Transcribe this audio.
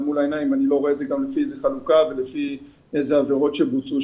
אני לא יודע לפי איזו חלוקה ולפי סוג העבירות.